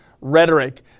rhetoric